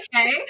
okay